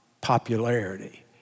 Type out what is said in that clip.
popularity